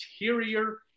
interior